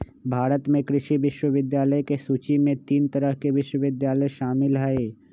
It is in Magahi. भारत में कृषि विश्वविद्यालय के सूची में तीन तरह के विश्वविद्यालय शामिल हई